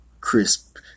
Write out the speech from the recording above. crisp